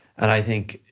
and i think,